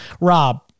Rob